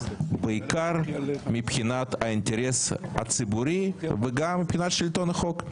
בעיקר מבחינת האינטרס הציבורי וגם מבחינת שלטון החוק.